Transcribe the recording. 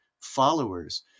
followers